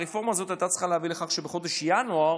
הרפורמה הזאת הייתה צריכה להביא לכך שבחודש ינואר